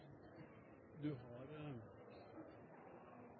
du har